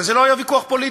וזה לא היה ויכוח פוליטי,